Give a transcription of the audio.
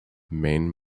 maine